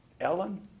Ellen